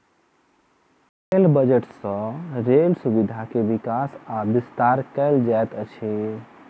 rail budget सँ rail सुविधा के विकास आ विस्तार कयल जाइत अछि